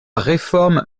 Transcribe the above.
réforme